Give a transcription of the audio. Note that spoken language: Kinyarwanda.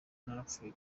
narapfuye